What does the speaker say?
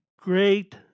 great